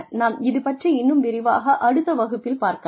நாம் இது பற்றி இன்னும் விரிவாக அடுத்த வகுப்பில் பார்க்கலாம்